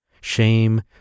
shame